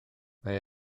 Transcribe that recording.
mae